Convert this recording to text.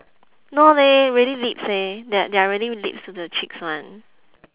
no leh really lips eh the~ they are really lips to the cheeks one